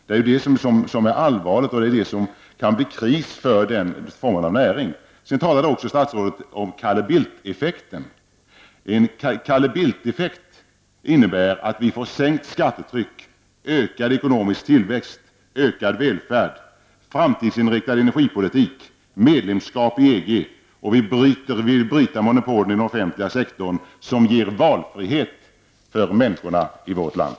Det är det som är allvarligt och som kan förorsaka en kris för näringen. Sedan talade statsrådet också om Calle Bildteffekten. Den effekten innebär att vi får sänkt skattetryck, ökad ekonomisk tillväxt, ökad välfärd, en framtidsinriktad energipolitik och medlemskap i EG. Dessutom vill vi bryta monopolen inom den offentliga sektorn för att ge valfrihet åt människorna i vårt land.